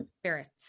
spirits